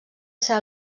ser